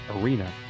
Arena